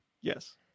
Yes